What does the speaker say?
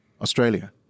Australia